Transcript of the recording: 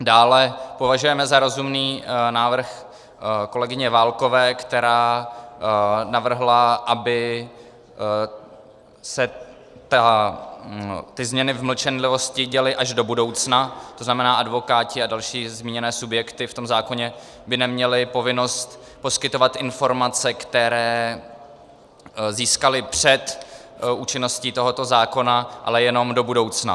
Dále považujeme za rozumný návrh kolegyně Válkové, která navrhla, aby se změny v mlčenlivosti děly až do budoucna, to znamená, advokáti a další zmíněné subjekty v zákoně by neměli povinnost poskytovat informace, které získaly před účinností tohoto zákona, ale jenom do budoucna.